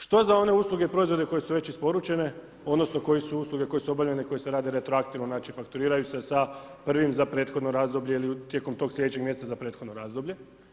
Što sa onim uslugama, proizvode koji su već isporučene, odnosno, koje su usluge, koje su obavljene, koje se rade retroaktivno, znači fakturiraju se sa prvim za prethodno razdoblje, tijekom tog sljedećeg mjeseca za prethodno razdoblje.